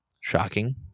Shocking